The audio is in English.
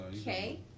Okay